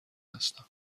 هستم